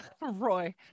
Roy